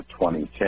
2010